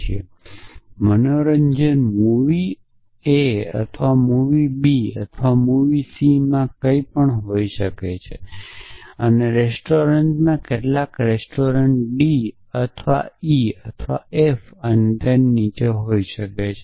અને મનોરંજન movie a અથવા મૂવી b અથવા મૂવી c માંથી કંઈક હોઈ શકે છે અને રેસ્ટોરન્ટમાં કેટલીક રેસ્ટોરન્ટ d અથવા e અથવા f હોઇ શકે છે